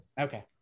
Okay